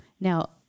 Now